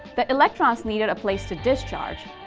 the electrons needed a place to discharge,